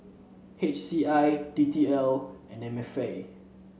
H C I D T L and M F A